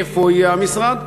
איפה יהיה המשרד,